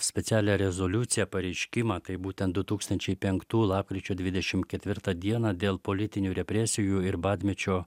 specialią rezoliuciją pareiškimą tai būtent du tūkstančiai penktų lapkričio dvidešim ketvirtą dieną dėl politinių represijų ir badmečio